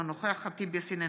אינו נוכח אימאן ח'טיב יאסין,